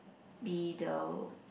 be the